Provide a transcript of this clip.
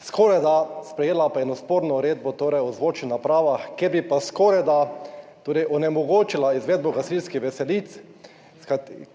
skorajda sprejela pa eno sporno uredbo, torej o zvočnih napravah, kjer bi pa skorajda, torej onemogočila izvedbo gasilskih veselic,